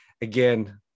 again